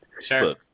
Sure